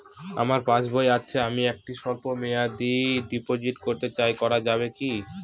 আমার পাসবই আছে আমি একটি স্বল্পমেয়াদি ডিপোজিট করতে চাই করা যাবে কি?